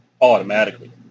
automatically